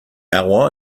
our